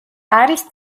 არის